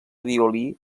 violí